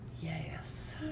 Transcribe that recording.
Yes